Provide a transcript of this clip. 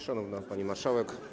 Szanowna Pani Marszałek!